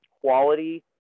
quality